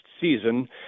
season